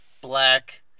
black